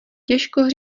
těžko